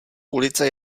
ulice